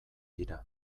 dira